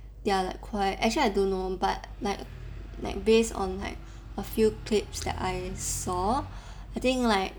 they are like quit~ actually I don't know but like like based on like a few clips that I saw I think like